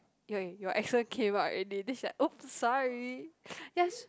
eh your accent came out already then she like !oops! sorry just